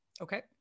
Okay